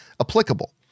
applicable